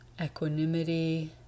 equanimity